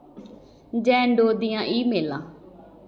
जेन Doe दियां ईमेलां